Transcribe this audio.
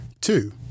two